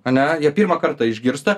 ane ją pirmą kartą išgirsta